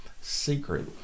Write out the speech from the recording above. secret